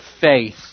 faith